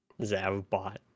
Zavbot